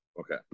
okay